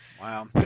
Wow